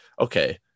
okay